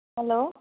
hello